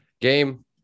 game